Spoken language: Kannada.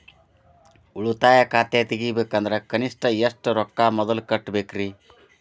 ಉಳಿತಾಯ ಖಾತೆ ತೆಗಿಬೇಕಂದ್ರ ಕನಿಷ್ಟ ಎಷ್ಟು ರೊಕ್ಕ ಮೊದಲ ಕಟ್ಟಬೇಕ್ರಿ?